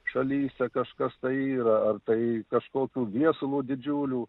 šalyse kažkas tai yra ar tai kažkokių viesulų didžiulių